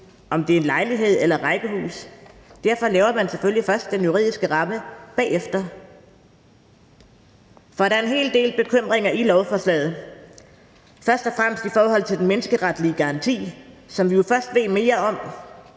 om det er en lejlighed eller et rækkehus. Derfor laver man selvfølgelig først den juridiske ramme bagefter. Der er en hel del, der giver bekymringer, i lovforslaget; først og fremmest i forhold til den menneskeretlige garanti, som vi jo først ved mere om,